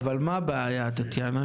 מה הבעיה, טטיאנה?